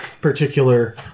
particular